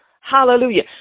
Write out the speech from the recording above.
hallelujah